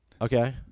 Okay